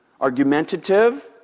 argumentative